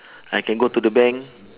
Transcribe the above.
I can go to the bank